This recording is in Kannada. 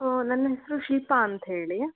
ನನ್ನ ಹೆಸರು ಶಿಲ್ಪ ಅಂತ ಹೇಳಿ